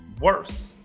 worse